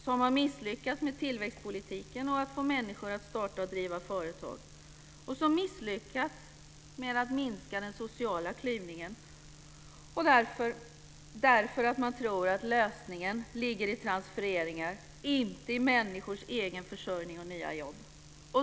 De har misslyckats med tillväxtpolitiken och att få människor att starta och driva företag, och de har misslyckats med att minska den sociala klyftan därför att man tror att lösningen ligger i transfereringar, inte i människors egen försörjning och nya jobb.